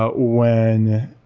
ah when